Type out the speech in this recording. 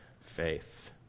faith